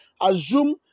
Assume